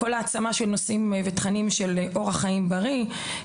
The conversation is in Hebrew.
כל העצמת נושאים ותכנים של אורח חיים בריא.